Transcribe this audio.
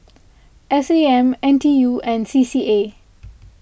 S A M N T U and C C A